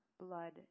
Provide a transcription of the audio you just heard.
blood